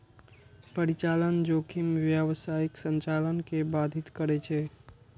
परिचालन जोखिम व्यावसायिक संचालन कें बाधित करै छै